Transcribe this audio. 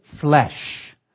flesh